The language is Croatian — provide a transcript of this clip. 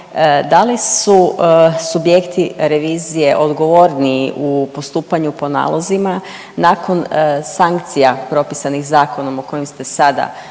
da li su subjekti revizije odgovorniji u postupanju po nalozima nakon sankcija propisanih zakonom o kojem ste sada